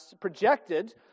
projected